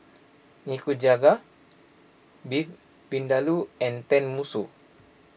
Nikujaga Beef Vindaloo and Tenmusu